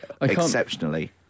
exceptionally